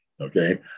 okay